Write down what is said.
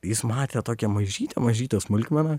jis matė tokią mažytę mažytę smulkmeną